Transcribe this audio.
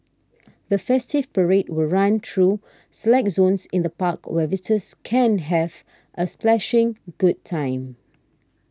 the festival parade will run through select zones in the park where visitors can have a splashing good time